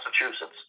Massachusetts